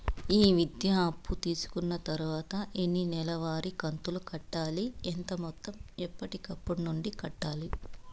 ఈ విద్యా అప్పు తీసుకున్న తర్వాత ఎన్ని నెలవారి కంతులు కట్టాలి? ఎంత మొత్తం ఎప్పటికప్పుడు నుండి కట్టాలి?